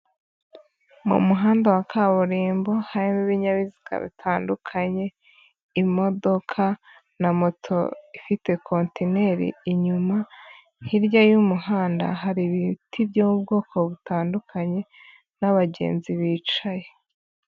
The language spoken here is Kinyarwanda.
Mu muhanda wa kaburimbo harimo ibinyabiziga bitandukanye, imodoka na moto ifite kontineri inyuma, hirya y'umuhanda hari ibiti byo mu bwoko butandukanye n'abagenzi bicaye.